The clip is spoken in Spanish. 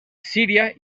siria